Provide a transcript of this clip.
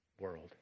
world